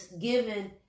given